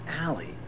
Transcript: alley